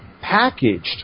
packaged